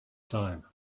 time